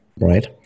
right